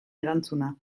erantzuna